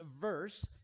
verse